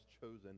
chosen